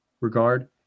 regard